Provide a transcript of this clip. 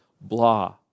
blah